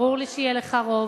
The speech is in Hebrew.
ברור לי שיהיה לך רוב,